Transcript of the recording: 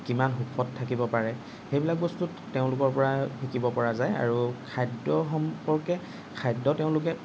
কিমান সুখত থাকিব পাৰে সেইবিলাক বস্তুত তেওঁলোকৰ পৰা শিকিব পৰা যায় আৰু খাদ্য সম্পৰ্কে খাদ্য তেওঁলোকে